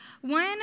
one